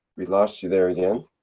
we lost you there you know